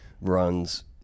runs